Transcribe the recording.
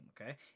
okay